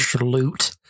loot